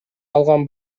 калган